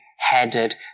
headed